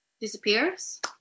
disappears